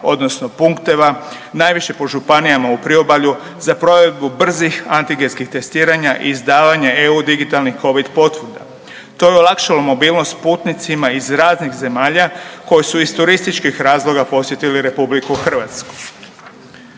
odnosno punkteva, najviše po županijama u priobalju za provedbu brzih antigenskih testiranja i izdavanje EU digitalnih Covid potvrda. To je olakšalo mobilnost putnicima iz raznih zemalja koji su iz turističkih razloga posjetili RH.